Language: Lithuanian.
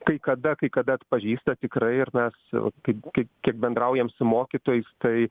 kai kada kai kada atpažįsta tikrai ir mes vat kaip kaip kiek bendraujam su mokytojais tai